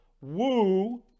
woo